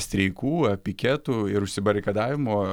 streikų piketų ir užsibarikadavimų